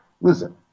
listen